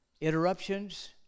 Interruptions